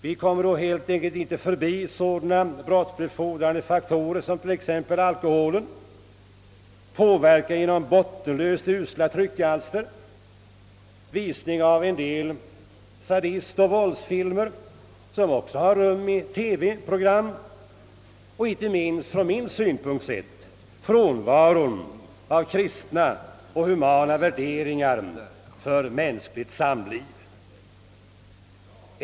Vi kommer då helt enkelt inte förbi sådana brottsbefordrande faktorer som t.ex. alkoholen, påverkan genom bottenlöst usla tryckalster, visning av en del sadistoch våldsfilmer, som också har rum i TV-programmet, och från min synpunkt sett inte minst frånvaron av krist na och humana värderingar för mänskligt samliv.